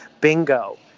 bingo